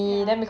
ya